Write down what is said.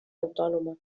autònoma